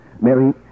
Mary